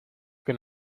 que